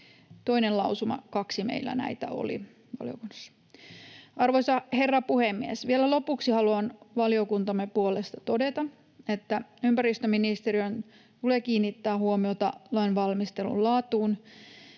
toinen lausuma. Kaksi meillä näitä oli valiokunnassa. Arvoisa herra puhemies! Vielä lopuksi haluan valiokuntamme puolesta todeta, että ympäristöministeriön tulee kiinnittää huomiota lainvalmistelun laatuun